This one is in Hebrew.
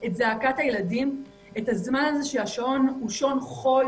את זעקת הילדים, את הזמן הזה, שהשעון הוא שעון חול